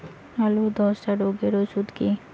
আলুর ধসা রোগের ওষুধ কি?